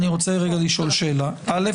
אני רוצה לשאול שאלה: א',